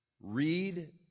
Read